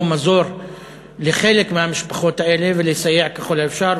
מזור לחלק מהמשפחות האלה ולסייע ככל האפשר,